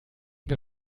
wir